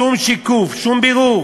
שום שיקוף, שום בירור.